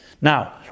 Now